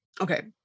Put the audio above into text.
okay